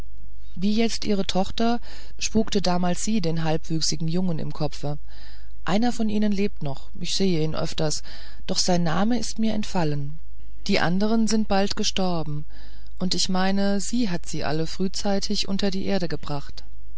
wie jetzt ihre tochter spukte damals sie den halbwüchsigen jungen im kopfe einer von ihnen lebt noch ich sehe ihn öfter doch sein name ist mir entfallen die andern sind bald gestorben und ich meine sie hat sie alle frühzeitig under die erde gebracht